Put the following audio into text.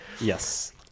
yes